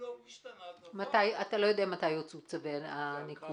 אתה לא יודע מתי יצאו צווי הניקוי?